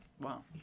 wow